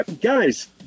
guys